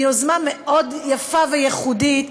ביוזמה מאוד יפה וייחודית,